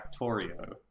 Factorio